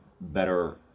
better